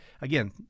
Again